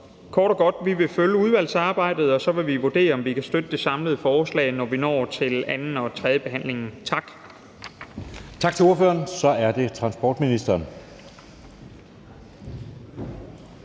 kort og godt: Vi vil følge udvalgsarbejdet, og så vil vi vurdere, om vi kan støtte det samlede forslag, når vi når til anden- og tredjebehandlingen. Tak. Kl. 15:06 Anden næstformand